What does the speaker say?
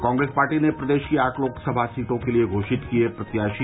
Congress party ने प्रदेश की आठ लोकसभा सीटों के लिए घोषित किए प्रत्याशी